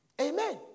Amen